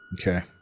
Okay